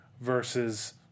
versus